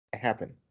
happen